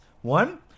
One